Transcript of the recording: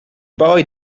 boy